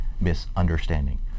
misunderstanding